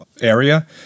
area